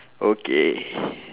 okay